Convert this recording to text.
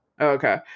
okay